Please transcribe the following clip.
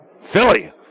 Philly